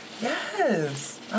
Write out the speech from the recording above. Yes